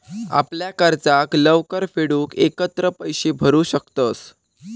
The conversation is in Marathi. आपल्या कर्जाक लवकर फेडूक एकत्र पैशे भरू शकतंस